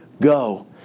go